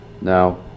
Now